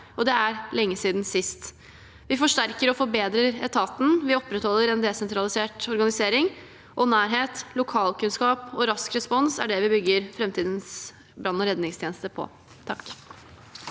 det er lenge siden sist. Vi forsterker og forbedrer etaten, og vi opprettholder en desentralisert organisering. Nærhet, lokalkunnskap og rask respons er det vi bygger framtidens brann- og redningstjeneste på.